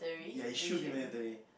ya it should be mandatory